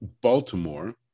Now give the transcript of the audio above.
Baltimore